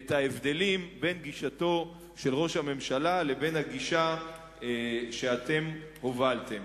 את ההבדלים בין גישתו של ראש הממשלה לבין הגישה שאתם הובלתם.